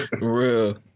Real